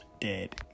dead